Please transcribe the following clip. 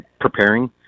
preparing